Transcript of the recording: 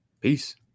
Peace